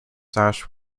sash